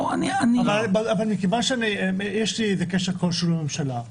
אבל מכיוון שיש לי קשר כלשהו לממשלה,